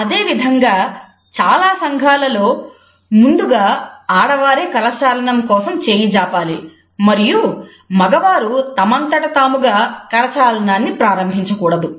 అదేవిధంగా చాలా సంఘాలలో ముందుగా ఆడవారే కరచాలనం కోసం చేయి జాపాలి మరియు మగవారు తమంతట తాముగా కరచాలనాన్ని ప్రారంభించకూడదు